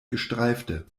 gestreifte